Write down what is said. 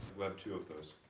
we have two of those.